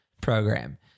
program